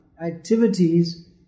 activities